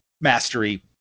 mastery